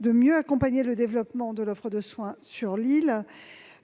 de mieux accompagner le développement de l'offre de soins sur l'île.